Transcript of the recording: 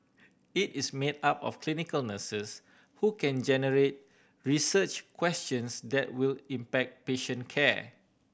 it is made up of clinical nurses who can generate research questions that will impact patient care